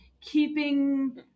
keeping